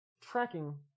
tracking